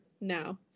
no